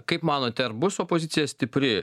kaip manote ar bus opozicija stipri